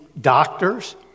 doctors